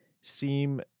seem